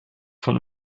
von